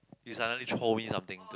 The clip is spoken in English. you suddenly throw me something to